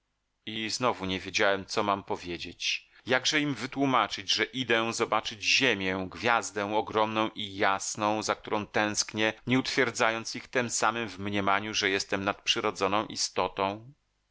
i znowu nie wiedziałem co mam powiedzieć jakże im wytłumaczyć że idę zobaczyć ziemię gwiazdę ogromną i jasną za którą tęsknię nie utwierdzając ich tem samem w mniemaniu że jestem nadprzyrodzoną istotą